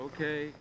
Okay